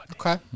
Okay